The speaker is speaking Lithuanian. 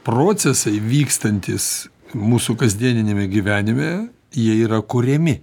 procesai vykstantys mūsų kasdieniniame gyvenime jie yra kuriami